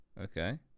Okay